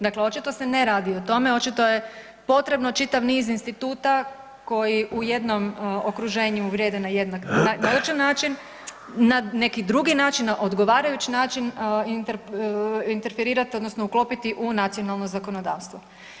Dakle, očito se ne radi o tome, očito je potrebno čitav niz instituta koji u jednom okruženju vrijede na jednak način, na neki drugi način, na odgovarajući način, interferirati odnosno uklopiti u nacionalno zakonodavstvo.